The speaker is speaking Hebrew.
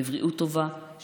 בבריאות טובה,